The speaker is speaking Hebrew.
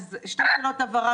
שתי שאלות הבהרה.